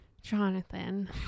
Jonathan